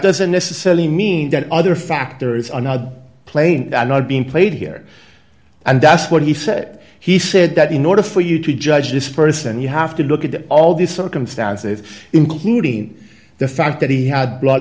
doesn't necessarily mean that other factors on the plane i'm not being played here and that's what he said he said that in order for you to judge this person you have to look at all these circumstances including the fact that he had b